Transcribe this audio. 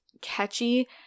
catchy